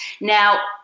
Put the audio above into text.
Now